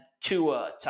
Tua